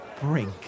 brink